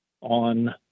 on